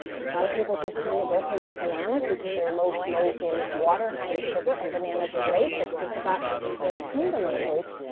lot of people just tend to go for those bananas because they're low so low in water, high in sugar, and bananas are great but think about the whole kingdom of fruits.